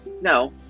No